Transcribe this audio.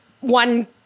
one